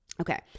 Okay